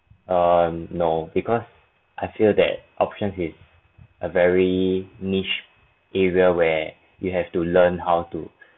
um no because I feel that options is a very niche area where you have to learn how to